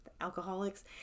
alcoholics